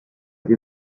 die